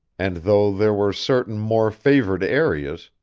and though there were certain more favored areas,